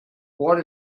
what